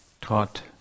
taught